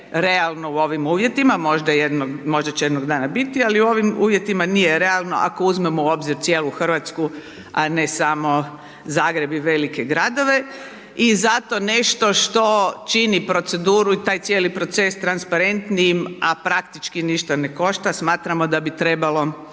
realno u ovim uvjetima možda će jednog dana biti, ali u ovim uvjetima nije realno ako uzmemo u obzir cijelu Hrvatsku, a ne samo Zagreb i velike gradove i zato nešto čini proceduru i taj cijeli proces transparentnijim a praktički ništa ne košta, smatramo da bi trebalo